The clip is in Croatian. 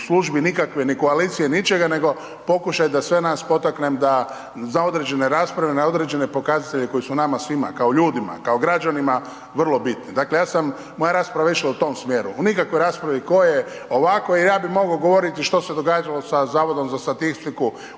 u službi nikakve ni koalicije ni ničega nego pokušaj da sve nas potaknem da za određene rasprave, na određene pokazatelje koji su nama svima kao ljudima, kao građanima vrlo bitne. Dakle, ja sam, moja rasprava je išla u tom smjeru. U nikakvoj raspravi tko je ovako i ja bi mogao govoriti što se događalo sa Zavodom za statistiku od '13.